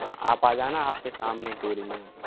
हाँ आप आ जाना आप के सामने ही तोड़ेंगे हम